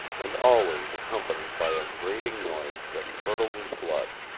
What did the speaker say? and always accompanied by a grating noise that curdled his blood.